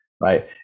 right